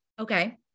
Okay